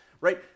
right